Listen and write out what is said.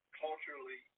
culturally